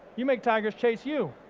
you make tigers chase you.